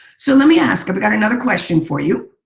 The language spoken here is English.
so, let me ask, i've got another question for you.